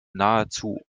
nahezu